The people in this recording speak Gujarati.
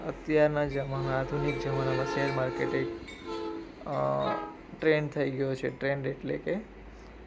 અત્યારના જમાનામાં આધુનિક જમાનામાં શેર માર્કેટ એક ટ્રેન્ડ થઈ ગયો છે ટ્રેન્ડ એટલે કે એક